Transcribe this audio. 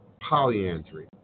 polyandry